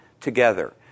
together